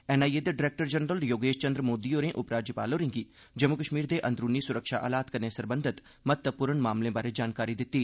NIA दे director general Yogesh Chandra Modi होरें उपराज्यपाल होरें'गी जम्मू कश्मीर दे अंदरूनी सुरक्षा हालात कन्नै सरबंधत महत्वपूर्ण मामलें बारै जानकारी दित्ती